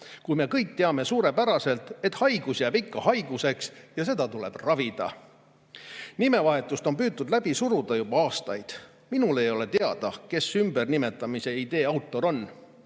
kui me kõik teame suurepäraselt, et haigus jääb ikka haiguseks, ja seda tuleb ravida? Nimevahetust on püütud läbi suruda juba aastaid. Minule ei ole teada, kes ümbernimetamise idee autor on.